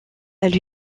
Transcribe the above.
elle